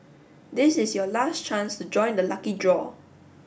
this is your last chance to join the lucky draw